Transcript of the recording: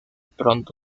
pronto